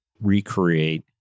recreate